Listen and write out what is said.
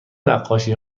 نقاشی